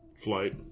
Flight